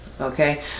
Okay